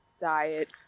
diet